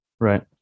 Right